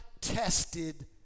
tested